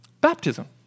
Baptism